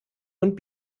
und